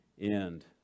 end